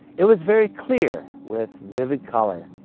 it was very clear, with vivid color.